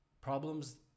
Problems